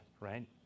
right